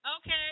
Okay